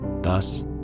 Thus